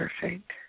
perfect